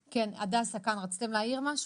הדסה, רציתם להעיר משהו?